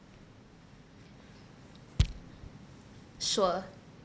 sure